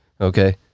okay